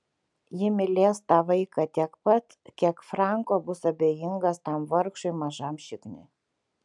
ji mylės tą vaiką tiek pat kiek franko bus abejingas tam vargšui mažam šikniui